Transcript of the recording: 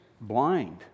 blind